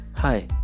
Hi